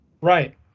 Right